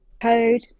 code